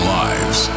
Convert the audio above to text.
lives